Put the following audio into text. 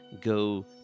go